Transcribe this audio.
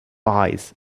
eyes